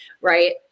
Right